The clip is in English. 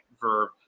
verb